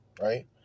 right